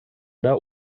der